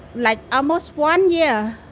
like almost one year.